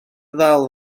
ddal